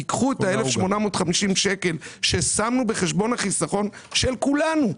ייקחו את ה-1,850 שקלים ששמנו בחשבון החיסכון של כולנו,